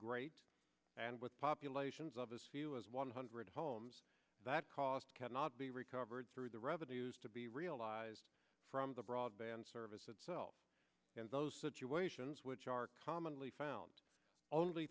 great and with populations of as few as one hundred homes that cost cannot be recovered through the revenues to be realised from the broadband service itself and those situations which are commonly found only